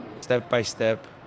step-by-step